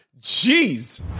Jeez